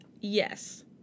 Yes